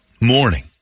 Morning